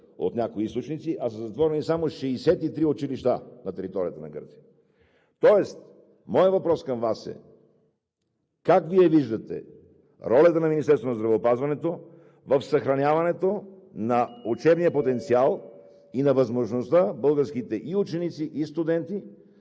от някои източници, а са затворени само 63 училища на територията на Гърция. Моят въпрос към Вас е: как Вие виждате ролята на Министерството на здравеопазването в съхраняването на учебния потенциал и на възможността българските ученици и студенти